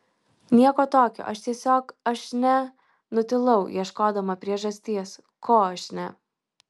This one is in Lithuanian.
nieko tokio aš tiesiog aš ne nutilau ieškodama priežasties ko aš ne